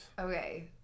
Okay